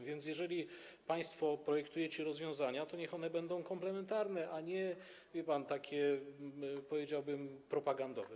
A więc jeżeli państwo projektujecie rozwiązania, to niech one będą komplementarne, a nie, wie pan, takie, powiedziałbym, propagandowe.